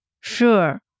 Sure